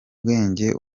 bwenge